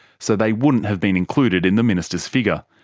so they wouldn't have been included in the minister's figure.